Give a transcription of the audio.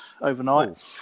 overnight